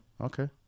Okay